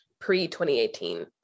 pre-2018